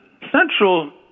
central